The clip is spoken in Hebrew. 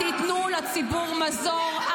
תיתנו לציבור מזור,